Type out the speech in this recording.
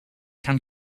can